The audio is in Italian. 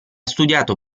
studiato